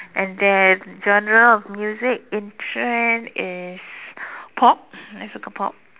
and then genre of music in trend is pop I suka pop